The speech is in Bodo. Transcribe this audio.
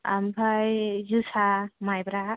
ओमफ्राय जोसा माइब्रा